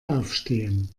aufstehen